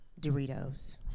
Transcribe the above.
Doritos